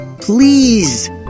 Please